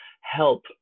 help